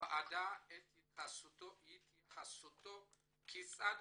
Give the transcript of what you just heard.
לוועדה את התייחסותו כיצד